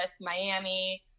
Miami